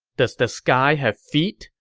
does the sky have feet?